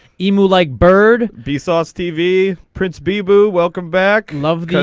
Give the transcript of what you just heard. email like bird b. saw stevie prince bieber welcome back love